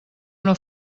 una